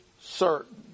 certain